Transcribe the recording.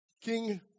King